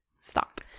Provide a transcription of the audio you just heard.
Stop